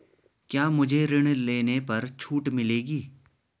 क्या मुझे ऋण लेने पर छूट मिलेगी?